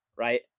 right